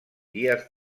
dies